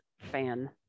fan